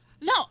No